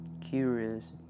curious